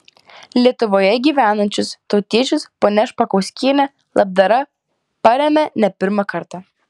lietuvoje gyvenančius tautiečius ponia špakauskienė labdara paremia ne pirmą kartą